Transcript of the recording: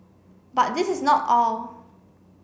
but this is not all